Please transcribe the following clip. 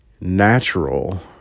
natural